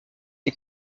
les